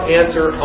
answer